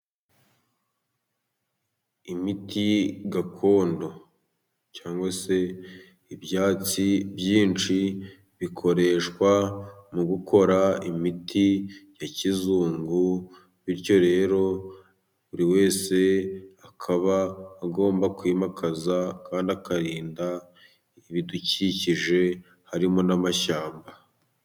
Imiti gakondo cyangwa se ibyatsi byinshi, bikoreshwa mu gukora imiti ya kizungu bityo rero buri wese akaba, agomba kwimakaza kandi akarinda ibidukikije harimo n'amashyamba.